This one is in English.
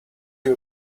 you